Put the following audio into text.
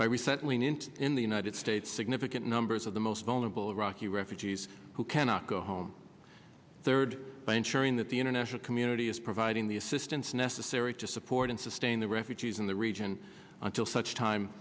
by resettling into in the united states significant numbers of the most vulnerable iraqi refugees who cannot go home third by ensuring that the international community is providing the assistance necessary to support and sustain the refugees in the region until such time